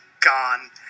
gone